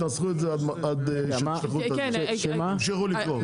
תנסחו את זה עד שתמשיכו את זה פה.